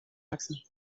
wachsen